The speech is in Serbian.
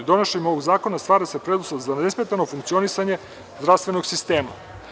Donošenjem ovog zakona stvara se preduslov za nesmetano funkcionisanje zdravstvenog sistema.